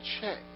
check